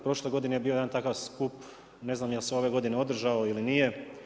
Prošle godine je bio jedan takav skup, ne znam je li se ove godine održao ili nije.